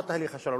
לא תהליך השלום,